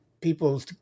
people